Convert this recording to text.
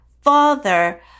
father